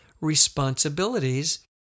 responsibilities